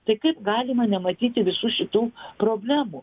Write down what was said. tai kaip galima nematyti visų šitų problemų